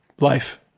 life